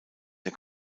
der